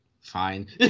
Fine